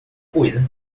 coisa